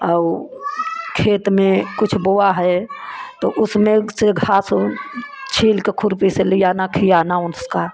और खेत में कुछ बोया है तो उसमें से घास छील कर खुरपी से लियाना खियाना उसका